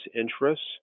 interests